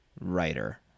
writer